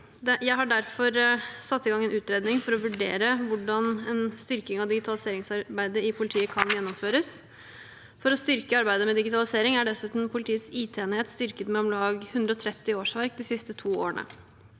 Jeg har derfor satt i gang en utredning for å vurdere hvordan en styrking av digitaliseringsarbeidet i politiet kan gjennomføres. For å styrke arbeidet med digitalisering er dessuten politiets IT-enhet styrket med om lag 130 årsverk de siste to årene.